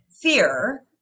fear